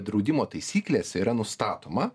draudimo taisyklėse yra nustatoma